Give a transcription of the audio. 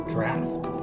Draft